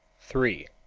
three.